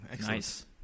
Nice